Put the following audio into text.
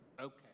Okay